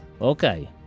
Okay